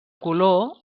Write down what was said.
color